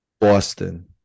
Boston